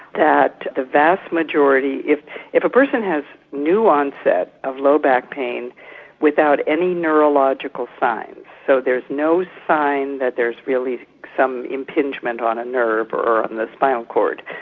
that the vast majority if if a person has new onset of lower back pain without any neurological signs, so there's no sign that there's really some impingement on a nerve, or or on the spinal cord.